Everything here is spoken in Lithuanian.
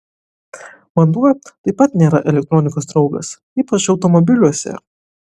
vanduo taip pat nėra elektronikos draugas ypač automobiliuose